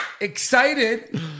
Excited